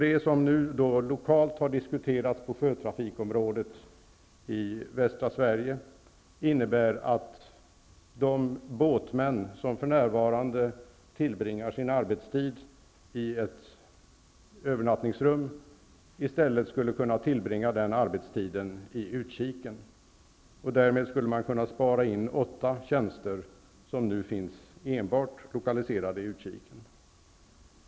Det som nu lokalt har diskuterats på sjötrafikområdet i västra Sverige innebär att de båtsmän som för närvarande tillbringar sin arbetstid i ett övernattningsrum skulle i stället kunna tillbringa den arbetstiden i utkiken. Därmed skulle man kunna spara in åtta tjänster, som nu enbart är lokaliserade i utkiken.